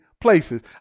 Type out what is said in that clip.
places